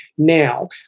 Now